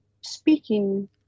speaking